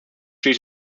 she